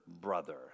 brother